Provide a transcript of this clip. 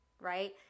right